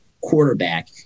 quarterback